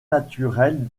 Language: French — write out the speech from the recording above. naturel